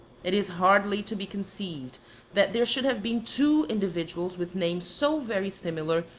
it is hardly to be conceived that there should have been two individuals with names so very similar,